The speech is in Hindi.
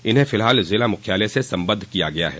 इन्हें फिलहाल जिला मुख्यालय से संबद्ध किया गया है